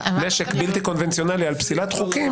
נשק בלתי-קונבנציונלי על פסילת חוקים,